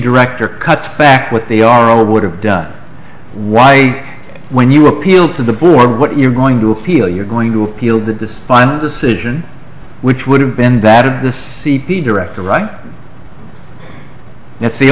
director cuts back what they are or would have done why when you appeal to the board what you're going to appeal you're going to appeal that this final decision which would have been batted this c p director right that's the